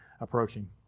approaching